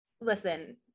listen